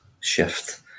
shift